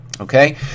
Okay